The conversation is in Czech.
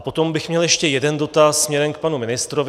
Potom bych měl ještě jeden dotaz směrem k panu ministrovi.